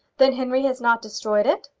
then henry has not destroyed it?